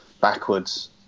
backwards